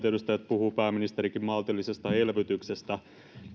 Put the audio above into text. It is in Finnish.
edustajat puhuvat pääministerikin maltillisesta elvytyksestä